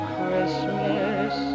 Christmas